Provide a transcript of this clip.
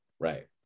Right